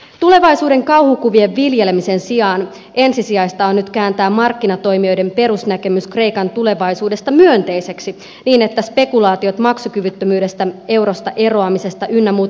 tulevaisuuden kauhukuvien viljelemisen sijaan ensisijaista on nyt kääntää markkinatoimijoiden perusnäkemys kreikan tulevaisuudesta myönteiseksi niin että spekulaatiot maksukyvyttömyydestä eurosta eroamisesta ynnä muuta